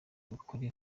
ukuri